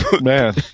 Man